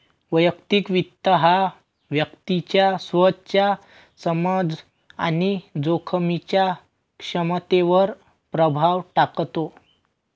वैयक्तिक वित्त हा व्यक्तीच्या स्वतःच्या समज आणि जोखमीच्या क्षमतेवर प्रभाव टाकतो